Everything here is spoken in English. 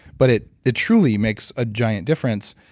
but it it truly makes a giant difference,